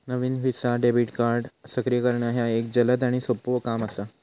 नवीन Visa debit card सक्रिय करणा ह्या एक जलद आणि सोपो काम असा